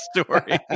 story